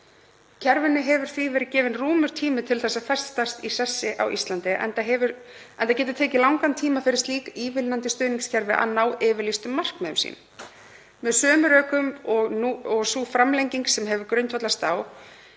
Kerfinu hefur því verið gefinn rúmur tími til þess að festast í sessi á Íslandi, enda getur tekið langan tíma fyrir slík ívilnandi stuðningskerfi að ná yfirlýstum markmiðum. Með sömu rökum og sú framlenging hefur grundvallast á